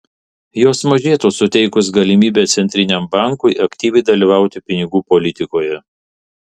jos mažėtų suteikus galimybę centriniam bankui aktyviai dalyvauti pinigų politikoje